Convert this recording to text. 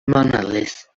monolith